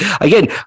Again